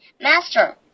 Master